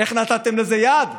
איך נתתם לזה יד?